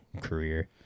career